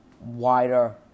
wider